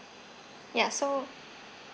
ya so